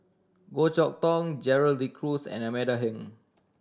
Goh Chok Tong Gerald De Cruz and Amanda Heng